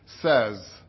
says